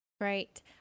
Right